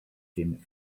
him